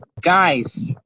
guys